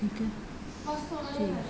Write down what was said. ਠੀਕ ਹੈ ਠੀਕ